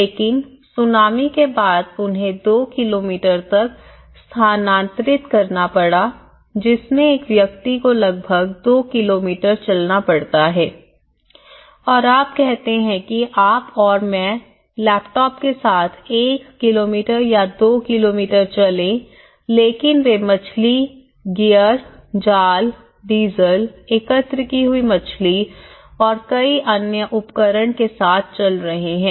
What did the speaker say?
लेकिन सुनामी के बाद उन्हें दो किलोमीटर तक स्थानांतरित करना पड़ा जिसमें एक व्यक्ति को लगभग 2 किलोमीटर चलना पड़ता है और आप कहते हैं कि आप और मैं लैपटॉप के साथ 1 किलोमीटर या 2 किलोमीटर चले लेकिन वे मछली गियर जाल डीजल एकत्र की हुई मछली और कई अन्य उपकरण के साथ चल रहे हैं